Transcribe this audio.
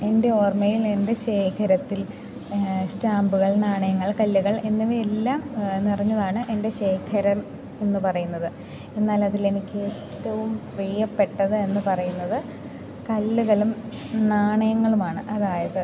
എൻ്റെ ഓർമ്മയിൽ എൻ്റെ ശേഖരത്തിൽ സ്റ്റാമ്പുകൾ നാണയങ്ങൾ കല്ലുകൾ എന്നിവയെല്ലാം നിറഞ്ഞതാണ് എൻ്റെ ശേഖരം എന്നു പറയുന്നത് എന്നാലതിൽ എനിക്ക് ഏറ്റവും പ്രീയപ്പെട്ടത് എന്നു പറയുന്നത് കല്ലുകളും നാണയങ്ങളുമാണ് അതായത്